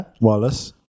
Wallace